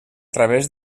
través